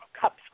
cups